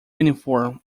uniform